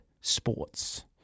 sports